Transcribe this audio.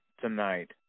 tonight